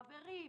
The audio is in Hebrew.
חברים,